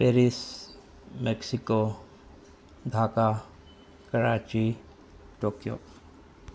Paris Mexico Dhaka Karachi Tokyo